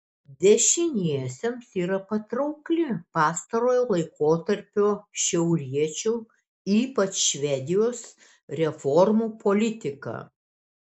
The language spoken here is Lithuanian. dešiniesiems yra patraukli pastarojo laikotarpio šiauriečių ypač švedijos reformų politika